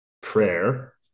prayer